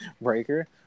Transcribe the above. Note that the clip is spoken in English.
Breaker